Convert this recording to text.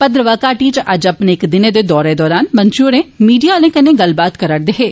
भद्रवाह घाटी अज्ज अपने इक दिनै दे दौरे दौरान मंत्री होर मीडिया आलें कन्नै गल्लबात करारदे हे